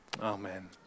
Amen